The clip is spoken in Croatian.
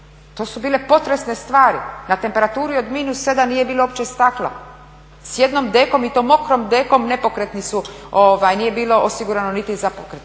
To su bile potrebne stvari. Na temperaturi od -7 nije bilo uopće stakla, s jednog dekom i to mokrom dekom nepokretni su, nije bilo osigurano niti za pokretne.